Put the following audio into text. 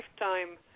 lifetime